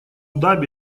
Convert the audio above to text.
даби